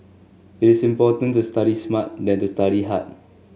it is important to study smart than to study hard